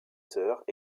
sœurs